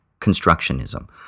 constructionism